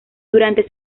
durante